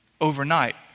overnight